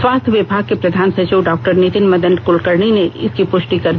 स्वास्थ्य विभाग के प्रधान सचिव डॉ नीतिन मदन कलकर्णी ने इसकी पुष्टि कर दी है